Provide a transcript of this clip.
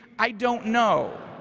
i don't know.